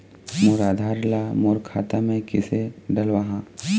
मोर आधार ला मोर खाता मे किसे डलवाहा?